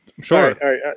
Sure